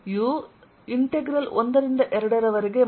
dl ಗೆ ಸಮಾನವಾಗಿರುತ್ತದೆ ನಾನು ಎಂದು ಬರೆಯುತ್ತೇನೆ